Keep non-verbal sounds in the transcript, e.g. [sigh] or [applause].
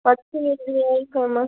[unintelligible]